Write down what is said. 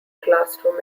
classroom